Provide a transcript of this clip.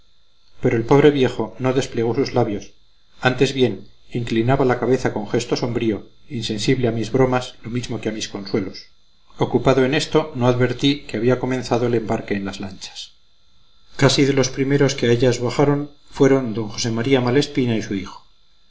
pero el pobre viejo no desplegó sus labios antes bien inclinaba la cabeza con gesto sombrío insensible a mis bromas lo mismo que a mis consuelos ocupado en esto no advertí que había comenzado el embarque en las lanchas casi de los primeros que a ellas bajaron fueron d josé maría malespina y su hijo